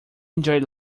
enjoy